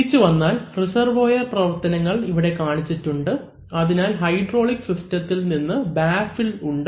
തിരിച്ചു വന്നാൽ റിസർവോയർ പ്രവർത്തനങ്ങൾ ഇവിടെ കാണിച്ചിട്ടുണ്ട് അതിനാൽ ഹൈഡ്രോളിക് സിസ്റ്റത്തിൽ നിന്ന് ബാഫിൽ ഉണ്ട്